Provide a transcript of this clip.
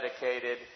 dedicated